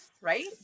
Right